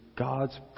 God's